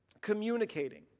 communicating